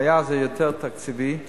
הבעיה היא יותר תקציבית.